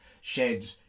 shed